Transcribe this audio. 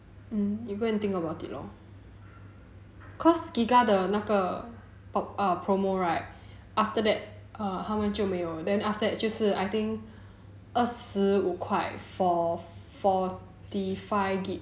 mm you go and think about it lor cause giga 的那个 promo right after that err 他们就没有 then after that 就是 I think 二十五块 for forty five gig